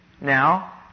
Now